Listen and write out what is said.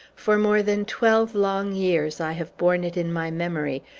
for more than twelve long years i have borne it in my memory,